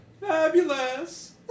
Fabulous